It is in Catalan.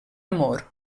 amor